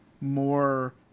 more